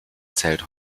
zählt